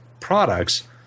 products